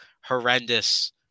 horrendous